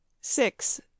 Six